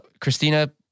Christina